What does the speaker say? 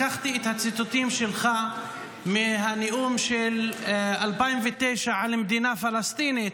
לקחתי את הציטוטים שלך מהנאום של 2009 על מדינה פלסטינית.